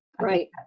right